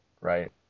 right